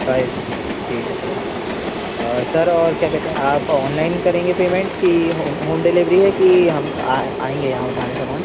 size ठीक है sir sir और क्या कहते हैं आप ऑनलाइन करेंगे पेमेंट कि होम होम डिलीवरी है कि हम आएंगे यहाँ उठाने सामान